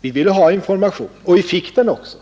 Vi ville ha information, och vi fick den också.